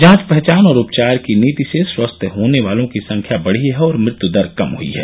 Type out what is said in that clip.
जांच पहचान और उपचार की नीति से स्वस्थ होने वालों की संख्या बढ़ी है और मृत्यु दर कम हई है